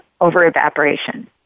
over-evaporation